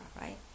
right